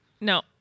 No